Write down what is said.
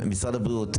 משרד הבריאות,